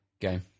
game